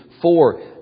four